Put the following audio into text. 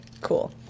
cool